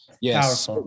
Yes